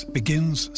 begins